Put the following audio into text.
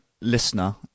listener